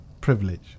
privilege